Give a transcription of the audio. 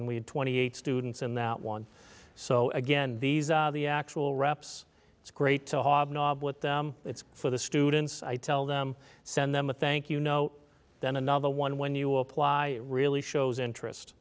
and we had twenty eight students in that one so again these are the actual reps it's great to hobnob with them it's for the students i tell them send them a thank you know then another one when you apply really shows interest